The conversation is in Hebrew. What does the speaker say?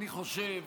אני חושב